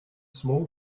small